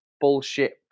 bullshit